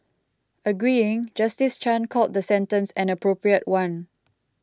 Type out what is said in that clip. agreeing Justice Chan called the sentence an appropriate one